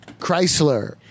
Chrysler